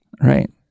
Right